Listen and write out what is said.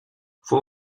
fue